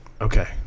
Okay